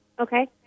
Okay